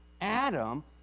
Adam